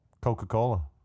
coca-cola